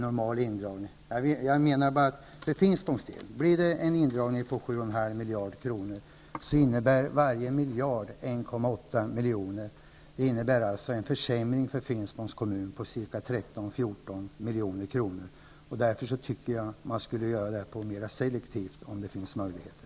Om det alltså blir en indragning om 7,5 miljarder kronor innebär varje miljard en försämring med 1,8 miljoner. Det betyder en försämring för Finspångs kommun med 13--14 milj.kr. Mot den bakgrunden tycker jag att det här skulle göras mera selektivt, om det nu finns sådana möjligheter.